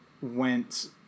went